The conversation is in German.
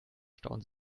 stauen